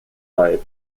type